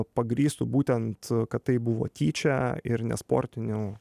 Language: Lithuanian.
pagrįstų būtent kad tai buvo tyčia ir nesportiniu